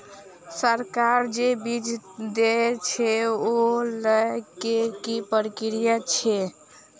सरकार जे बीज देय छै ओ लय केँ की प्रक्रिया छै?